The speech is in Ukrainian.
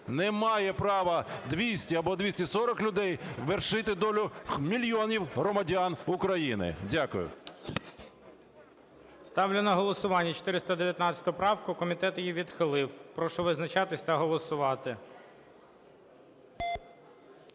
Не мають права 200 або 240 людей вершити долю мільйонів громадян України. Дякую. ГОЛОВУЮЧИЙ. Ставлю на голосування 419 правку. Комітет її відхилив. Прошу визначатись та голосувати.